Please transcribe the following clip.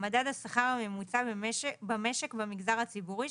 - מדד השכר הממוצע במשק במגזר הציבורי,